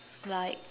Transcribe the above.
like